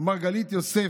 מרגלית יוסף,